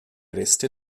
reste